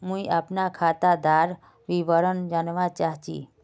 मुई अपना खातादार विवरण जानवा चाहची?